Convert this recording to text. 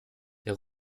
der